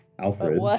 Alfred